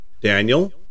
Daniel